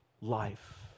life